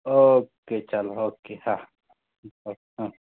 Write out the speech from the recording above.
okay ચાલો okay હા હં